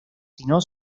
sino